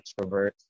extroverts